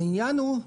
העניין הוא,